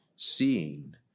seeing